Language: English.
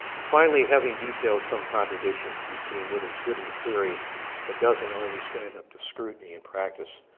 finally having detailed some contradictions between what is good in theory but doesn't always stand up to scrutiny in practice,